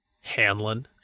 Hanlon